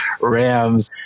Rams